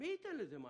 מי ייתן לזה מענה?